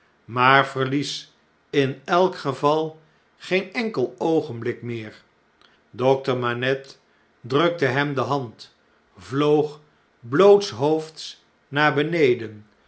maar verlies in elk geval geen enkel oogenblik meer dokter manette drukte hem de hand vloog blootshoofds naar beneden